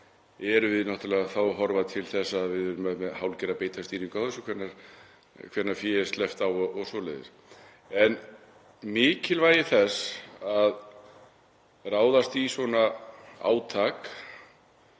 erum við náttúrlega að horfa til þess að við erum með hálfgerða beitarstýringu á þessu, hvenær fé er sleppt á og svoleiðis. En mikilvægi þess að ráðast í svona átak